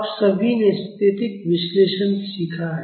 आप सभी ने स्थैतिक विश्लेषण सीखा है